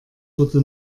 wurde